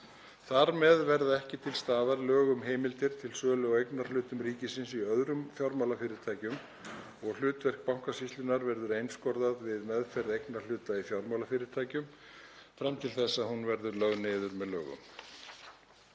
Þar með verða ekki til staðar lög um heimildir til sölu á eignarhlutum ríkisins í öðrum fjármálafyrirtækjum og hlutverk Bankasýslunnar verður einskorðað við meðferð eignarhluta í fjármálafyrirtækjum, fram til þess að hún verður lögð niður með lögum.